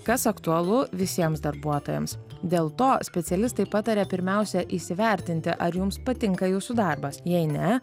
kas aktualu visiems darbuotojams dėl to specialistai pataria pirmiausia įsivertinti ar jums patinka jūsų darbas jei ne